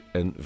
en